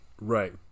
Right